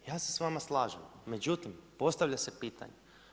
Ja se s vama slažem, međutim, postavlja se pitanje.